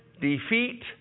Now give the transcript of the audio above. defeat